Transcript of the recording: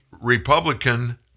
Republican